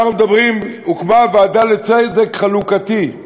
והוקמה הוועדה לצדק חלוקתי,